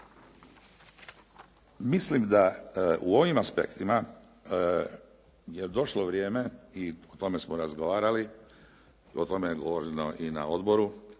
Mislim da u ovim aspektima je došlo vrijeme i o tome smo razgovarali, o tome je govoreno i na odboru